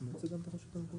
תחזרו אחרי